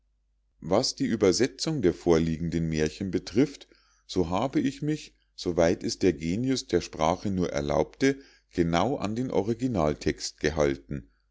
was die übersetzung der vorliegenden mährchen betrifft so habe ich mich so weit es der genius der sprache nur erlaubte genau an den originaltext gehalten